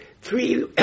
three